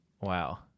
Wow